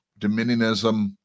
dominionism